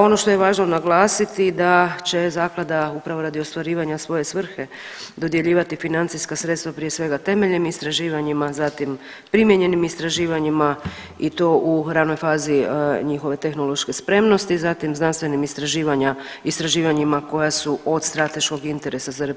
Ono što je važno naglasiti da će zaklada upravo radi ostvarivanja svoje svrhe dodjeljivati financijska sredstva prije svega temeljnim istraživanjima, zatim primijenjenim istraživanjima i to u ranoj fazi njihove tehnološke spremnosti, zatim znanstvenim istraživanjima koja su od strateškog interesa za RH,